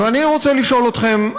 אני רוצה לשאול אתכם,